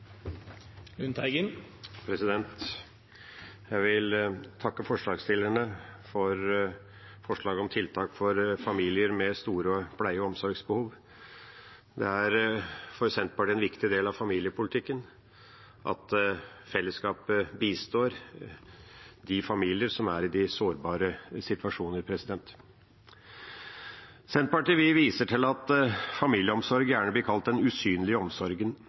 Jeg vil takke forslagsstillerne for forslag om tiltak for familier med store pleie- og omsorgsbehov. Det er for Senterpartiet en viktig del av familiepolitikken at fellesskapet bistår familier som er i sårbare situasjoner. Senterpartiet viser til at familieomsorg gjerne blir kalt «den usynlige omsorgen»,